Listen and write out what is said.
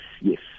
yes